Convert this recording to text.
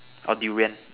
or Durian